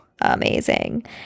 Amazing